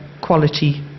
quality